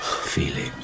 feeling